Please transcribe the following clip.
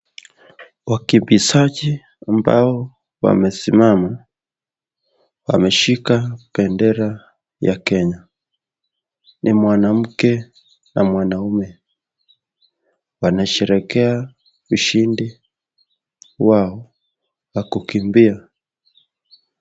Wakimbizaji ambao wamesimama wameshika bendera ya Kenya ni mwanamke na mwanaume wanasherehekea ushindi wao wa kukimbia.